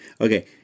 Okay